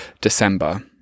December